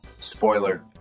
Spoiler